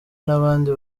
n’abandi